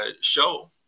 show